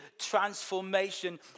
transformation